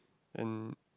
and